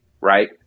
Right